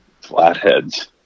flatheads